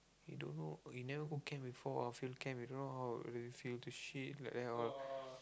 he don't know he never go camp before ah field camp he don't know how refill to shit like that all